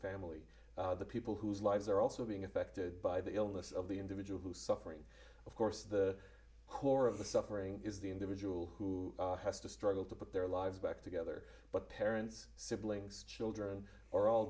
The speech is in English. family the people whose lives are also being affected by the illness of the individual who suffering of course the core of the suffering is the individual who has to struggle to put their lives back together but parents siblings children or all